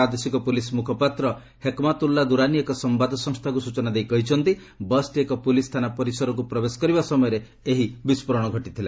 ପ୍ରାଦେଶିକ ପୁଲିସ୍ ମୁଖପାତ୍ର ହେକ୍ମାତୁଲ୍ଲା ଦୁରାନୀ ଏକ ସମ୍ଭାଦ ସଂସ୍ଥାକୁ ସୂଚନା ଦେଇ କହିଛନ୍ତି ବସ୍ଟି ଏକ ପୁଲିସ୍ ଥାନା ପରିସରକୁ ପ୍ରବେଶ କରିବା ସମୟରେ ଏହି ବିସ୍ଫୋରଣ ଘଟିଥିଲା